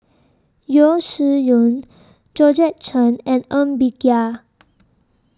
Yeo Shih Yun Georgette Chen and Ng Bee Kia